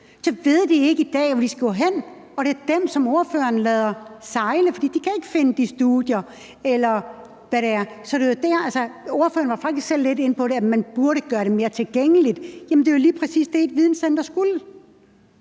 så ved de ikke i dag, hvor de skal gå hen. Og det er dem, som ordføreren lader sejle, fordi de ikke kan finde de studier, eller hvad det er. Ordføreren var faktisk selv lidt inde på det, nemlig at man burde gøre det mere tilgængeligt – jamen det er jo lige præcis det, et videncenter skulle.